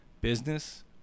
business